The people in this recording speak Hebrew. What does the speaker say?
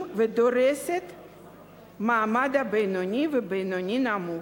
ודורסת את המעמד הבינוני והבינוני-נמוך.